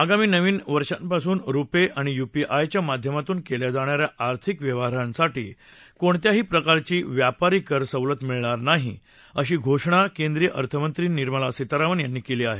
आगामी नवीन वर्षापासून रुपे आणि युपीआयच्या माध्यमातून केल्या जाणाऱ्या आर्थिक व्यवहारांसाठी कोणत्याही प्रकारची व्यापारी कर सवलत मिळणार नाही अशी घोषणा केंद्रीय अर्थमंत्री निर्मला सीतारामन यांनी केली आहे